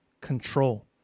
control